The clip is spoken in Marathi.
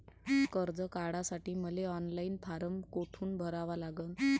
कर्ज काढासाठी मले ऑनलाईन फारम कोठून भरावा लागन?